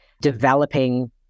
developing